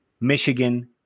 michigan